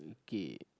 K